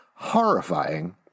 Horrifying